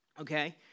Okay